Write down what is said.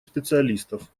специалистов